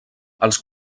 els